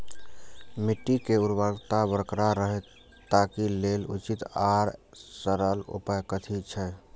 मिट्टी के उर्वरकता बरकरार रहे ताहि लेल उचित आर सरल उपाय कथी छे?